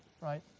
right